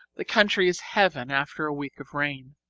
the country is heaven after a week of rain.